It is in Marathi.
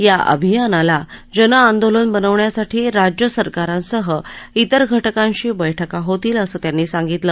या अभियानाला जनआंदोलन बनवण्यासाठी राज्य सरकारांसह त्रिर घटकांशी बैठका होतील असंही त्यांनी सांगितलं